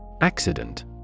Accident